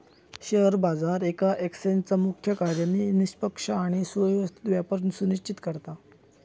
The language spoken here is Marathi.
शेअर बाजार येका एक्सचेंजचा मुख्य कार्य निष्पक्ष आणि सुव्यवस्थित व्यापार सुनिश्चित करता